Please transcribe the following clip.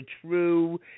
true